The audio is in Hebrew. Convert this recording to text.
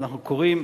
ואנחנו קוראים